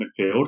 midfield